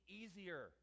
easier